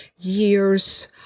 years